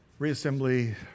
reassembly